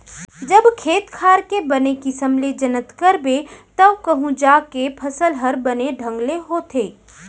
जब खेत खार के बने किसम ले जनत करबे तव कहूं जाके फसल हर बने ढंग ले होथे